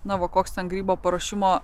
koks ten grybų paruošimo